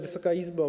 Wysoka Izbo!